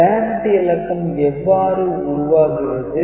parity இலக்கம் எவ்வாறு உருவாகிறது